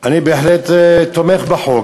אני בהחלט תומך בחוק,